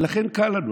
ולכן קל לנו,